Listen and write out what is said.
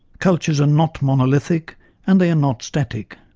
cultures are not monolithic and they are not static.